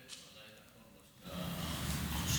זה עדיין נכון מה שאתה חושב,